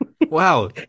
wow